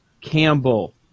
Campbell